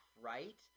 right